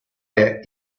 der